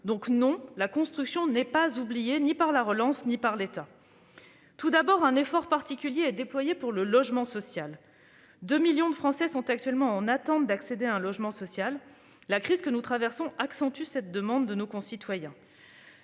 Donc non, la construction n'a été oubliée ni par la relance ni par l'État ! Tout d'abord, un effort particulier est déployé pour le logement social. Deux millions de Français sont actuellement en attente d'accéder à un logement social. La crise que nous traversons accentue cette demande de la part de nos concitoyens.